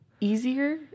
easier